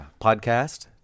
podcast